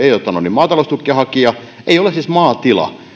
maataloustukien hakija ei ole siis maatila